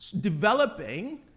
Developing